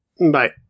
Bye